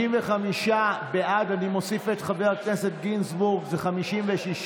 55 בעד, ואני מוסיף את חבר הכנסת גינזבורג, זה 56,